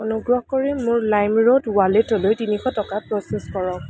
অনুগ্ৰহ কৰি মোৰ লাইমৰোড ৱালেটলৈ তিনিশ টকা প্ৰ'চেছ কৰক